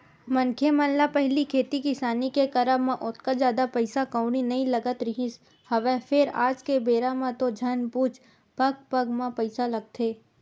मनखे मन ल पहिली खेती किसानी के करब म ओतका जादा पइसा कउड़ी नइ लगत रिहिस हवय फेर आज के बेरा म तो झन पुछ पग पग म पइसा लगथे